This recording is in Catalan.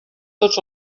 tots